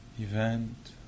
event